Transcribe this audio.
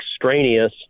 extraneous